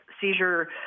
seizure